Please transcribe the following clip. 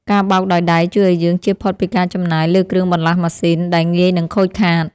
ការបោកដោយដៃជួយឱ្យយើងចៀសផុតពីការចំណាយលើគ្រឿងបន្លាស់ម៉ាស៊ីនដែលងាយនឹងខូចខាត។